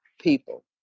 people